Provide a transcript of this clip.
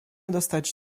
dostać